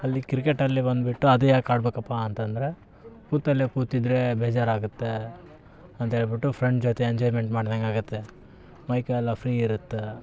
ಅಲ್ಲಿ ಕ್ರಿಕೆಟಲ್ಲಿ ಬಂದುಬಿಟ್ಟು ಅದು ಯಾಕೆ ಆಡಬೇಕಪ್ಪ ಅಂತಂದರೆ ಕೂತಲ್ಲೇ ಕೂತಿದ್ದರೆ ಬೇಜಾರು ಆಗುತ್ತೆ ಅಂತೇಳ್ಬಿಟ್ಟು ಫ್ರೆಂಡ್ ಜೊತೆ ಎಂಜಾಯ್ಮೆಂಟ್ ಮಾಡ್ದಂಗೆ ಆಗುತ್ತೆ ಮೈಕೈ ಎಲ್ಲ ಫ್ರೀ ಇರತ್ತೆ